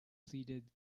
pleaded